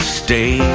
stay